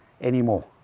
anymore